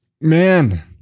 Man